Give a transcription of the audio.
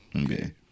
Okay